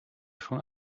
schon